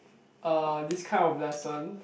er this kind of lesson